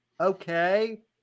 Okay